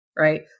Right